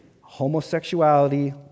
homosexuality